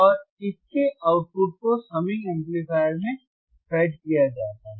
और इस के आउटपुट को संमिंग एम्पलीफायर में फेड किया जाता है